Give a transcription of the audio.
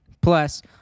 Plus